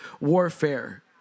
warfare